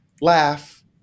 laugh